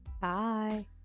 Bye